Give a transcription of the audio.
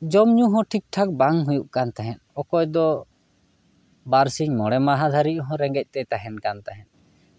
ᱡᱚᱢ ᱧᱩ ᱦᱚᱸ ᱴᱷᱤᱠ ᱴᱷᱟᱠ ᱵᱟᱝ ᱦᱩᱭᱩᱜ ᱠᱟᱱ ᱛᱟᱦᱮᱸᱫ ᱚᱠᱚᱭ ᱫᱚ ᱵᱟᱨ ᱥᱤᱧ ᱢᱚᱬᱮ ᱢᱟᱦᱟ ᱫᱷᱟᱹᱵᱤᱡ ᱦᱚᱸ ᱨᱮᱜᱮᱡ ᱛᱮᱭ ᱛᱟᱦᱮᱱ ᱠᱟᱱ ᱛᱟᱦᱮᱸᱫ